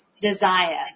desire